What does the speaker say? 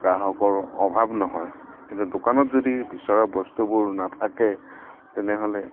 গ্ৰাহকৰ অভাৱ নহয় কিন্তু দোকানত যদি বিচৰা বস্তুবোৰ নাথাকে তেনেহ'লে